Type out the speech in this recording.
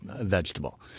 vegetable